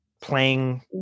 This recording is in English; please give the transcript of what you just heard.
playing